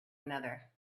another